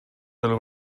del